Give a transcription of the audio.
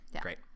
great